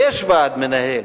יש ועד מנהל,